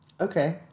Okay